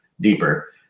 deeper